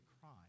cry